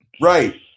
right